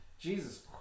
Jesus